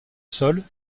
sol